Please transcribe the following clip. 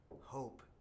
hope